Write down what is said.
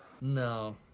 No